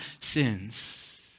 sins